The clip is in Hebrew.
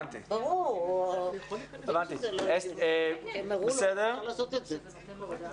הוא יצא בטעות מהזום.